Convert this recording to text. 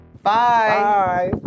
Bye